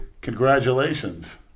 Congratulations